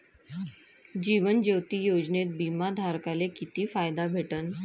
जीवन ज्योती योजनेत बिमा धारकाले किती फायदा भेटन?